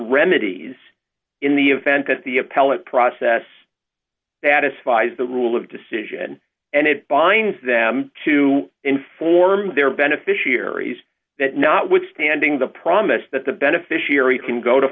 remedies in the event that the appellate process that aspies the rule of decision and it binds them to inform their beneficiaries that notwithstanding the promise that the beneficiary can go to